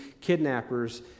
kidnappers